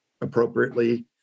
appropriately